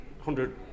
hundred